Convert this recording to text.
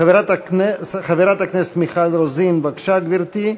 חברת הכנסת מיכל רוזין, בבקשה, גברתי.